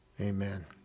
Amen